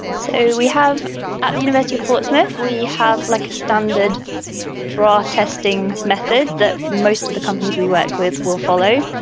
so we have at the university of portsmouth, we have like a standard bra testing method that most of the companies we work with will follow.